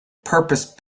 purpose